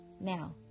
now